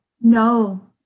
no